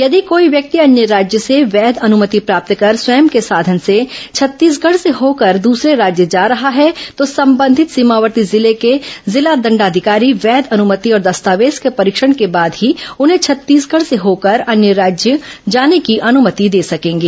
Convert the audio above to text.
यदि कोई व्यक्ति अन्य राज्य से वैध अनुमति प्राप्त कर स्वयं के साघन से छत्तीसगढ़ से होकर दूसरे राज्य जा रहा है तो संबंधित सीमावर्ती जिले के जिलो दंडाधिकारी वैध अनुमति और दस्तावेज के परीक्षण के बाद ही उन्हें छत्तीसगढ़ से होकर अन्य राज्य जाने की अनुमति दे सकेंगे